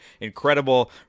incredible